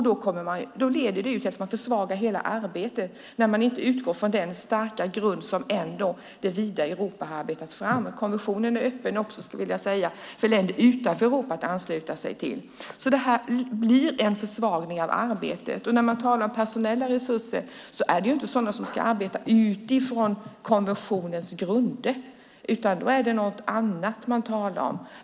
Det leder till att man försvagar hela arbetet när man inte utgår från den starka grund som det vida Europa har arbetat fram. Konventionen är öppen också för länder utanför Europa att ansluta sig till. Det här blir en försvagning av arbetet. När man talar om personella resurser handlar det ju inte om dem som ska arbeta utifrån konventionens grunder. Det är något annat man talar om.